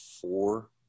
four